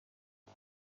کمک